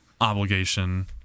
obligation